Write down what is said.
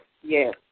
yes